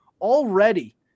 already